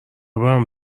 برام